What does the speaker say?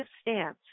stance